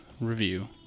Review